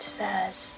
says